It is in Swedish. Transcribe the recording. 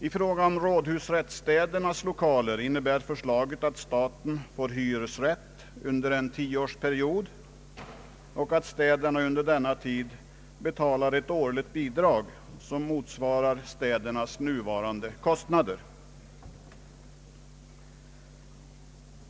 I fråga om rådhusrättsstädernas lokaler innebär förslaget att staten får hyresrätt under en tioårsperiod och att städerna under denna tid betalar ett årligt bidrag, som motsvarar städernas nuvarande kostnader.